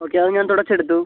okay അത് ഞാൻ തുടച്ചെടുത്തു